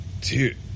dude